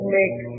make